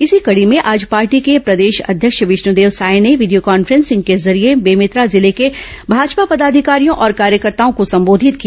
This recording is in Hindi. इसी कड़ी में आज पार्टी के प्रदेश अध्यक्ष विष्णुदेव साय ने वीडियो कॉन्फ्रेंसिंग के जरिये बेमेतरा जिले के भाजपा पदाधिकारियों और कार्यकर्ताओं को संबोधित किया